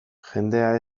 jendea